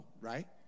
right